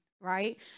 right